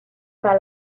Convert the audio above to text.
par